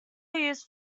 used